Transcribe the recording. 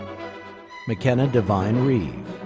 mckenna devine reeve,